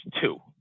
two